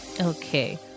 Okay